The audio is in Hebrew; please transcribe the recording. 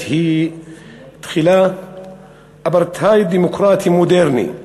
היא תחילת אפרטהייד דמוקרטי מודרני.